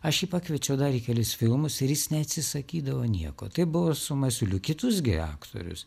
aš jį pakviečiau dar į kelis filmus ir jis neatsisakydavo nieko taip buvo su masiuliu kitus gi aktorius